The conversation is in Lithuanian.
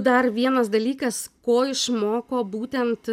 dar vienas dalykas ko išmoko būtent